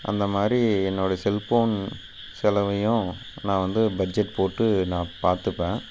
அந்த மாதிரி என்னோடய செல்ஃபோன் செலவையும் நான் வந்து பட்ஜெட் போட்டு நான் பார்த்துப்பேன்